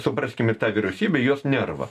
supraskim ir tą vyriausybę jos nervą